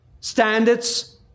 standards